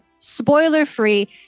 spoiler-free